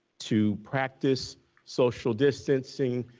to practice social distancing,